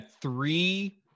three